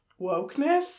wokeness